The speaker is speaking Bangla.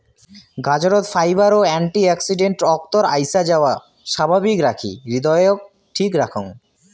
গাজরত ফাইবার ও অ্যান্টি অক্সিডেন্ট অক্তর আইসাযাওয়া স্বাভাবিক রাখি হৃদয়ক ঠিক রাখং